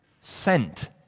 sent